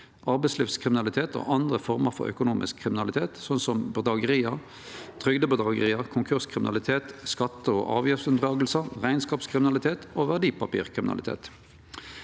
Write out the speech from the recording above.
arbeidslivskriminalitet og andre former for økonomisk kriminalitet, som bedrageri, trygdebedrageri, konkurskriminalitet, unndraging av skattar og avgifter, rekneskapskriminalitet og verdipapirkriminalitet.